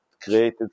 created